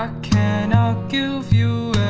ah can not give you